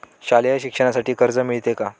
शालेय शिक्षणासाठी कर्ज मिळते का?